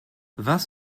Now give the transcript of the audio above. vingt